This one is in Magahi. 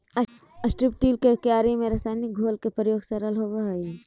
स्ट्रिप् टील के क्यारि में रसायनिक घोल के प्रयोग सरल होवऽ हई